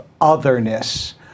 otherness